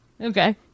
Okay